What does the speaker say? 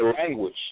language